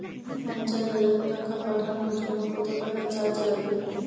পণ্চাশ হাজার টাকা পাঠানোর জন্য কত টাকা চার্জ লাগবে?